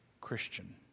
Christian